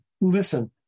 listen